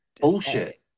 bullshit